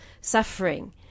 suffering